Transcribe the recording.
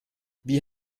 wie